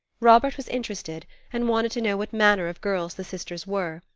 robert was interested, and wanted to know what manner of girls the sisters were,